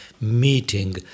meeting